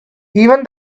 even